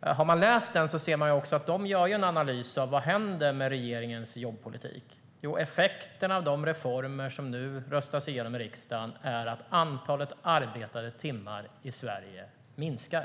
Läser man den ser man också att de gör en analys av vad som händer med regeringens jobbpolitik. Jo, effekten av de reformer som nu röstas igenom i riksdagen är att antalet arbetade timmar i Sverige minskar.